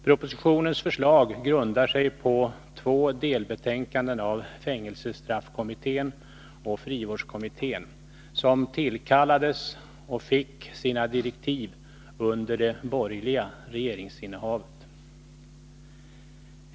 Propositionens förslag grundar sig på två delbetänkanden av fängelsestraffkommittén och frivårdskommittén, som tillkallades och fick sina direktiv under det borgerliga regeringsinnehavet.